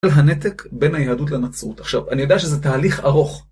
הנתק בין היהדות לנצרות. עכשיו, אני יודע שזה תהליך ארוך.